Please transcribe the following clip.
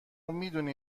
میدونی